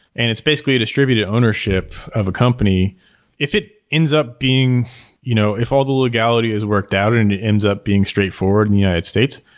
and it's basically a distributed ownership of a company if it ends up being you know if all the legality is worked out and it ends up being straightforward in the united states,